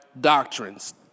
doctrines